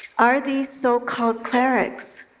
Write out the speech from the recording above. are these so-called clerics,